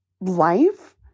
life